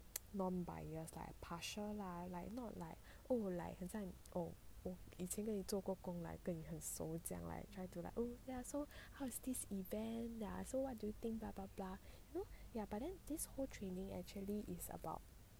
non biased like partial lah like not like oh like 很像哦我以前你做过工来跟你很熟这样 like try to like oh ya so how is this event ya so what do you think blah blah blah ya but then this whole training actually is about